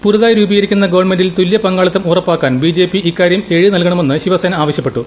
പുതുതായി രൂപീകരിക്കുന്ന ഗവൺമെന്റിൽ തുല്യപങ്കാളിത്തം ഉറപ്പാക്കാൻ ബിജെപി ഇക്കാര്യം എഴുതി നൽകണമെന്ന് ശിവസേന ആവശ്യപ്പെട്ടു